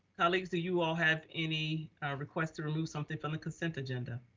colleagues do you all have any request to remove something from the consent agenda?